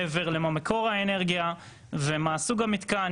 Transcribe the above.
מעבר למהו מקור האנרגיה ומהו סוג המתקן.